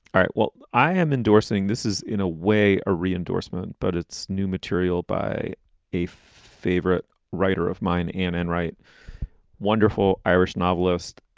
right. what i am endorsing this is in a way, a reinforcement, but it's new material by a favorite writer of mine in and write wonderful irish novelist,